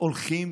הולכים